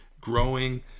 growing